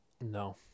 No